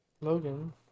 Logan